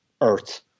earth